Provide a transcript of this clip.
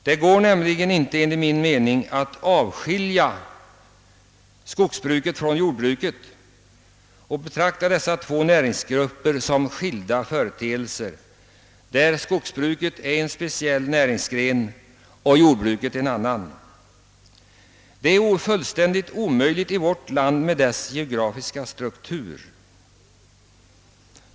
Det går nämligen inte enligt min uppfattning att avskilja skogsbruket från jordbruket och betrakta dessa näringsgrenar som skilda företeelser — skogsbruket som en speciell näringsgren och jordbruket :som en annan. Det är fullständigt omöjligt i vårt land med dess geografiska struktur.